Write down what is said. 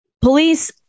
police